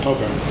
Okay